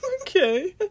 okay